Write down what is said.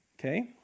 okay